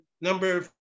Number